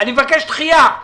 אני מבקש דחייה.